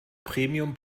premium